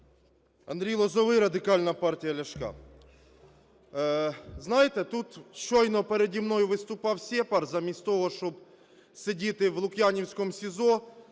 Андрій Лозовий, Радикальна партія Ляшка. Знаєте, тут щойно переді мною виступав "сєпар", замість того, щоб сидіти в Лук'янівському СІЗО